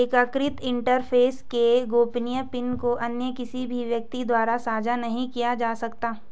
एकीकृत इंटरफ़ेस के गोपनीय पिन को अन्य किसी भी व्यक्ति द्वारा साझा नहीं किया जा सकता